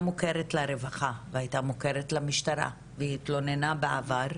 מוכרת לרווחה והייתה מוכרת למשטרה והתלוננה בעבר,